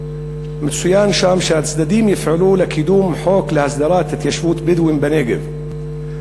מצוין שהצדדים יפעלו לקידום חוק להסדרת התיישבות הבדואים בנגב.